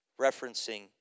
referencing